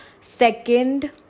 second